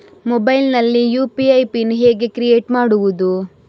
Mobile ನಲ್ಲಿ UPI PIN ಹೇಗೆ create ಮಾಡುವುದು?